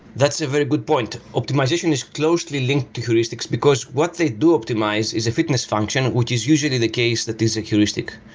that's a very good point. optimization is closely linked to heuristics, because what they do optimize is a fitness function, which is usually the case that is a heuristic.